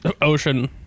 ocean